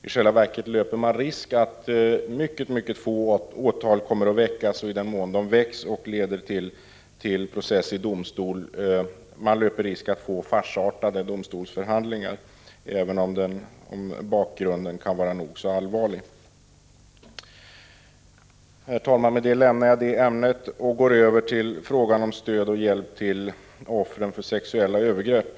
I själva verket löper man risken att mycket få åtal kommer att väckas, och i den mån de väcks och leder till process i domstol löper man risken att få farsartade domstolsförhandlingar — även om bakgrunden kan vara nog så allvarlig. Herr talman! Med det lämnar jag det här ämnet och går över till frågan om stöd och hjälp till offren för sexuella övergrepp.